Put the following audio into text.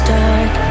dark